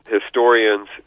historians